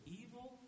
evil